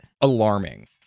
alarming